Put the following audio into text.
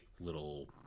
little